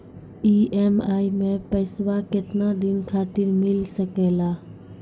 EMI मैं पैसवा केतना दिन खातिर मिल सके ला?